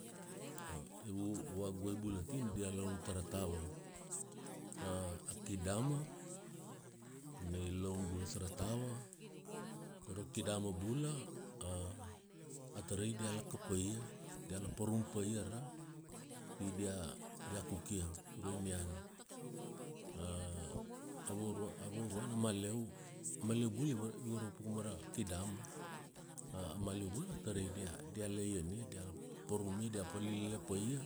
A vavaguai bula ati dia laun tara tava. A kidama, na i laun bula tara tava, go ra kidama bula a tarai dia la kapaia, dia la parum paia ara, pi dia, dia kukia ure ra nian. A vaurua, a vauruana a maleo. Maleo bula i var, i varagop puka mara kidama. A maleo bula a tarai dia dia la iania dia parumia dia palile pa ia,